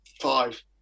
five